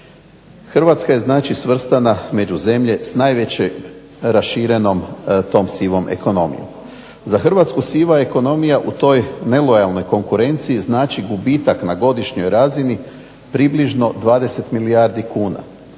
Hrvatska je znači svrstana među zemlje s najveće raširenom tom sivom ekonomijom. Za Hrvatsku siva ekonomija u toj nelojalnoj konkurenciji znači gubitak na godišnjoj razini približno 20 milijardi kuna.